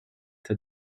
the